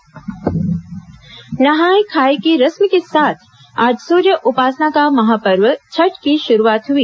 छठ पूजा नहाय खाय की रस्म के साथ आज सूर्य उपासना के महापर्व छठ की शुरूआत हुई